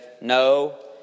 no